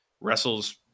wrestles